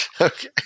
Okay